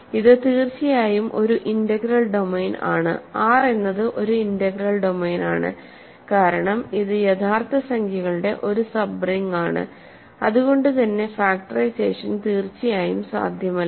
ഇത് തീർച്ചയായും ഒരു ഇന്റഗ്രൽ ഡൊമെയ്ൻ ആണ് R എന്നത് ഒരു ഇന്റഗ്രൽ ഡൊമെയ്നാണ് കാരണം ഇത് യഥാർത്ഥ സംഖ്യകളുടെ ഒരു സബ്റിങ് ആണ് അതുകൊണ്ടു തന്നെ ഫാക്ടറൈസേഷൻ തീർച്ചയായും സാധ്യമല്ല